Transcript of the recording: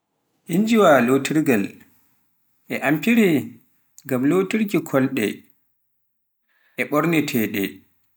injiwa lotiirgal e amfire ngam lotirki kolte, e ɓorneteeɗe.